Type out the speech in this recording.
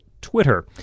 Twitter